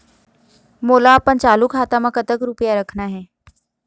मोला अपन चालू खाता म कतक रूपया रखना हे?